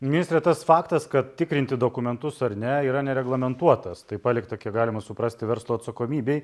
ministre tas faktas kad tikrinti dokumentus ar ne yra nereglamentuotas tai palikta kiek galima suprasti verslo atsakomybei